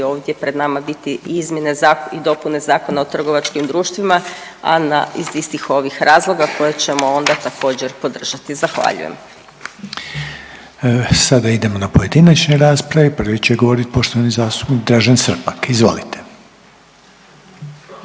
ovdje pred nama biti izmjene i dopune Zakona o trgovačkim društvima, a na iz istih ovih razloga koje ćemo onda također podržati. Zahvaljujem. **Reiner, Željko (HDZ)** Sada idemo na pojedinačne rasprave i prvi će govorit poštovani zastupnik Dražen Srpak. Izvolite.